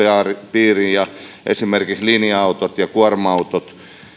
piiriin ja esimerkiksi linja autot ja kuorma autot